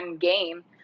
game